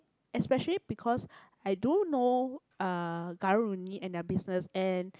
especially because I do know uh karang-guni and their business and